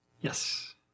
Yes